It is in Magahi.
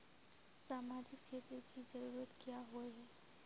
सामाजिक क्षेत्र की जरूरत क्याँ होय है?